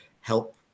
help